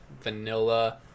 vanilla